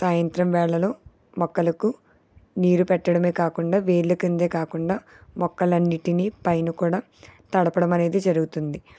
సాయంత్రం వేళలో మొక్కలకు నీరు పెట్టడమే కాకుండా వేర్ల కింద కాకుండా మొక్కల అన్నింటిని పైన కూడా తడపడం అనేది జరుగుతుంది